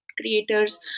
creators